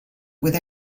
with